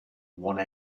one